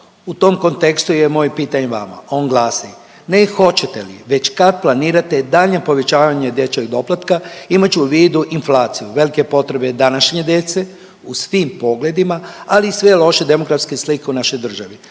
U tom kontekstu je moje pitanje vama. On glasi, je hoćete li, već kad planirate daljnje povećavanje dječjeg doplatka imajući u vidu inflaciju, velike potrebe današnje djece u svim pogledima ali i sve lošije demografsku sliku u našoj državi.